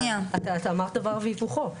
את אמרת דבר והיפוכו.